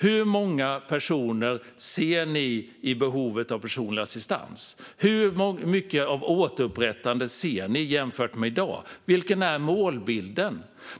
Hur många personer anser ni är i behov av personlig assistans? Hur mycket av återupprättande ser ni jämfört med i dag? Vilken är målbilden?